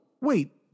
wait